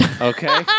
Okay